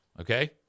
Okay